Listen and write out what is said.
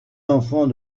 enfants